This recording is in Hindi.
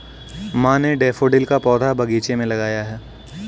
माँ ने डैफ़ोडिल का पौधा बगीचे में लगाया है